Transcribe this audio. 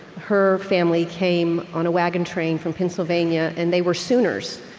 her family came on a wagon train from pennsylvania, and they were sooners.